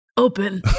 open